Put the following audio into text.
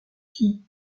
qui